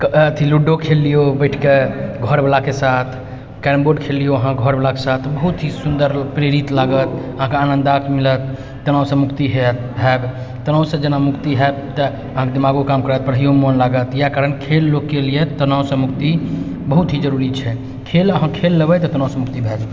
अथि लूडो खेल लियौ बैठके घरवलाके साथ कैरमबोर्ड खेल लियौ अहाँ घरवलाके साथ बहुत ही सुन्दर प्रेरित लागत अहाँके आनन्दायक मिलत तनावसँ मुक्ति होयब तनावसँ जेना मुक्ति होयत तऽ अहाँके दिमागो काम करत पढ़ाइयोमे मोन लागत यऽ कारण खेल लोकके लिए तनावसँ मुक्ति बहुत ही जरुरी छै खेल अहाँ खेल लेबै तऽ तनावसँ मुक्ति भए जायत